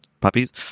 puppies